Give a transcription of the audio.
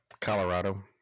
Colorado